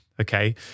Okay